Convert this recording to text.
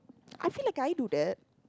I feel like I do that